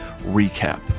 recap